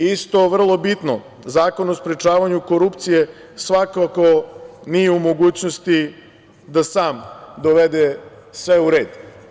Isto, vrlo bitno, Zakon o sprečavanju korupcije svakako nije u mogućnosti da sam dovede sve u red.